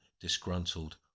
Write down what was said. disgruntled